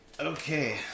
Okay